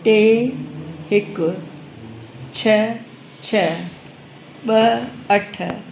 टे हिकु छह छ्ह ॿ अठ